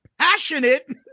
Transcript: passionate